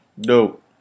Dope